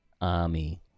Army